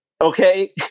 Okay